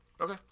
Okay